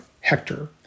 Hector